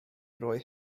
roi